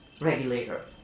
regulator